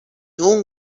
اون